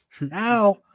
Now